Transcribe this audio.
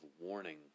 warning